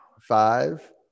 five